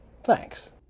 thanks